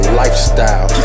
lifestyle